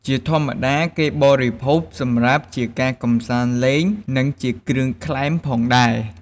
ជាធម្មតា គេបរិភោគសម្រាប់ជាការកំសាន្តលេង និងជាគ្រឿងក្លែមផងដែរ។